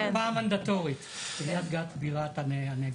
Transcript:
בתקופה המנדטורית, קריית גת בירת הנגב.